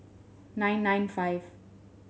nine nine five